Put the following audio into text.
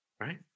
Right